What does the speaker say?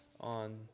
on